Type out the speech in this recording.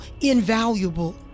invaluable